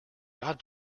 god